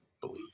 believe